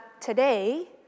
today